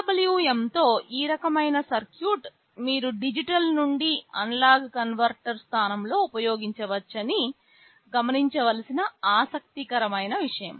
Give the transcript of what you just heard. PWM తో ఈ రకమైన సర్క్యూట్ మీరు డిజిటల్ నుండి అనలాగ్ కన్వర్టర్ స్థానంలో ఉపయోగించవచ్చని గమనించవలసిన ఆసక్తికరమైన విషయం